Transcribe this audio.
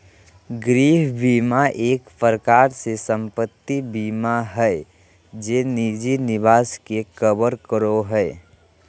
गृह बीमा एक प्रकार से सम्पत्ति बीमा हय जे निजी निवास के कवर करो हय